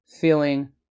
feeling